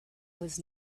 was